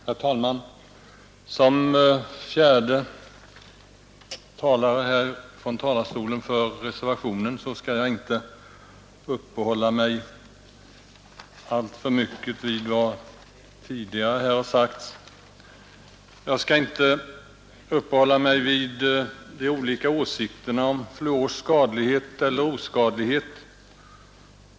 Herr talman! Som fjärde talare för reservationen skall jag inte uppehålla mig alltför mycket vid vad tidigare här har sagts. Jag skall inte uppehålla mig vid de olika åsikterna om fluors skadlighet eller oskadlighet.